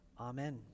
Amen